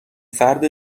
فرد